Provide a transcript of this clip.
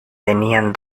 tenían